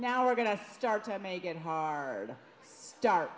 now we're going to start to make it hard start